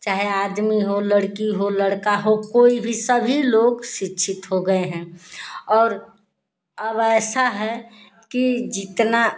चाहे आदमी हो लड़की हो लड़का हो कोई भी सभी लोग शिक्षित हो गए हैं और अब अब ऐसा है कि जितना